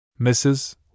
Mrs